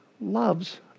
loves